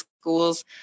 schools